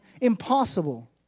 impossible